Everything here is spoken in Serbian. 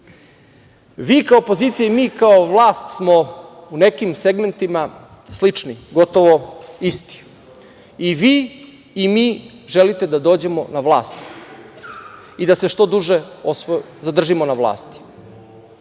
vi kao opozicija i mi kao vlast smo u nekim segmentima slični, gotovo isti.I vi i mi želite da dođemo na vlast i da se što duže zadržimo na vlasti.